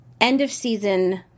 end-of-season